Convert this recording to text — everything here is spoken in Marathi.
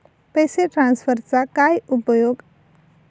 पैसे ट्रान्सफरचा काय उपयोग?